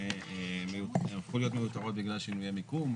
שהן הפכו להיות מיותרות בגלל שינויי מיקום,